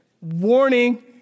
Warning